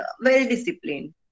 well-disciplined